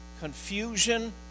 confusion